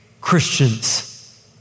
Christians